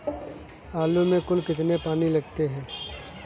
आलू में कुल कितने पानी लगते हैं?